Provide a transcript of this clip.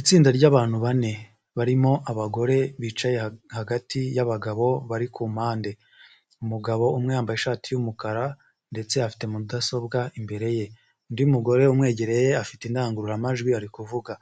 Itsinda ry'abantu bane, barimo abagore bicaye hagati y'abagabo bari ku mpande. Umugabo umwe yambaye ishati y'umukara ndetse afite mudasobwa imbere ye. Undi mugore umwegereye afite indangururamajwi ari kuvuga.